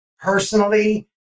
personally